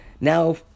Now